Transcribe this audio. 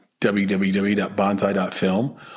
www.bonsai.film